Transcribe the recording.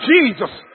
Jesus